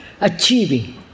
achieving